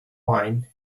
wine